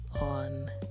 on